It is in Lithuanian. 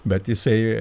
bet jisai